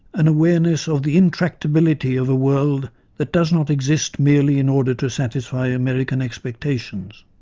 an awareness of the intractability of a world that does not exist merely in order to satisfy american expectations,